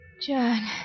John